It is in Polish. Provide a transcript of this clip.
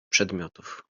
przedmiotów